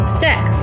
sex